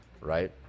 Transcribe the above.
right